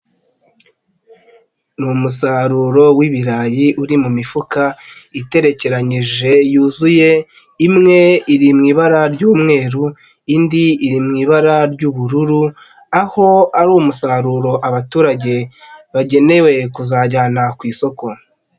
Ni umusaruro w'ibirayi uri mu mifuka iterekeranyije yuzuye, imwe iri mu ibara ry'umweru, indi iri mu ibara ry'ubururu .Aho ari umusaruro abaturage bagenewe kuzajyana ku isoko.